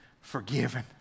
forgiven